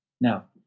Now